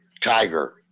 Tiger